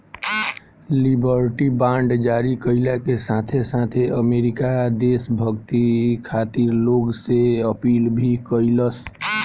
liberty bond जारी कईला के साथे साथे अमेरिका देशभक्ति खातिर लोग से अपील भी कईलस